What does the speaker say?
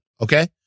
okay